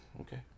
Okay